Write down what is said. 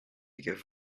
give